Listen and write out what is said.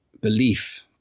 belief